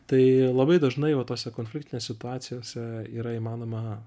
tai labai dažnai va tose konfliktinės situacijose yra įmanoma